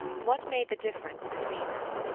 what made the difference between them?